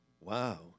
Wow